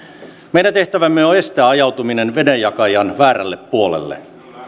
meidän tehtävämme on estää ajautuminen vedenjakajan väärälle puolelle